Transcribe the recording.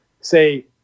say